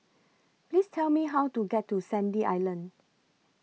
Please Tell Me How to get to Sandy Island